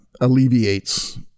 alleviates